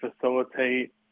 facilitate